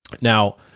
Now